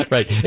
Right